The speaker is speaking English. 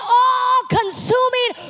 all-consuming